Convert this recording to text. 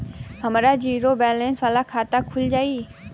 हमार zero balance वाला खाता खुल जाई?